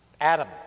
Adam